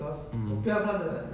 mm